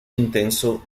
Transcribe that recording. intenso